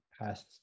past